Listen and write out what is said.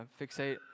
fixate